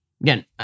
Again